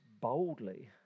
boldly